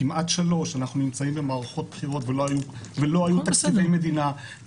כמעט שלוש אנחנו נמצאים במערכות בחירות ולא היו תקציבי מדינה.